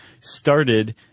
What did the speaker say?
started